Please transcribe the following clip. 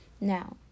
now